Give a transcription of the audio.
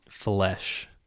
Flesh